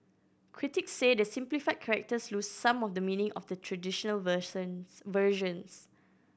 critics say the simplified characters lose some of the meaning of the traditional versions